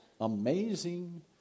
amazing